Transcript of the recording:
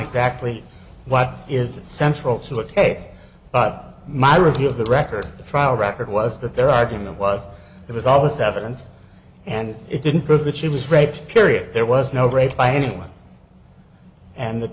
exactly what is central to the case but my review of the record the trial record was that their argument was it was all this evidence and it didn't prove that she was raped period there was no rape by anyone and th